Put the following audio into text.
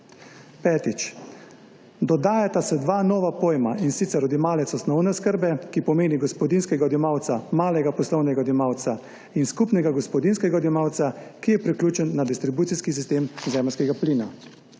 Petič, dodajata se dva nova pojma, in sicer odjemalec osnovne oskrbe, ki pomeni gospodinjskega odjemalca, malega poslovnega odjemalca in skupnega gospodinjskega odjemalca, ki je priključen na distribucijski sistem zemeljskega plina,